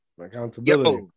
Accountability